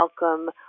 welcome